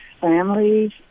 families